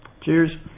cheers